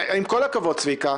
עם כל הכבוד, צביקה,